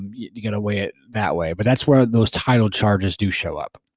um you gotta weigh it that way. but that's where those title charges do show up.